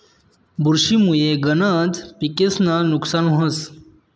बुरशी मुये गनज पिकेस्नं नुकसान व्हस